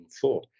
four